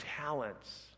talents